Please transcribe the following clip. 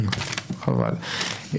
חבל.